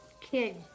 Kid